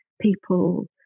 people